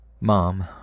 Mom